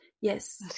yes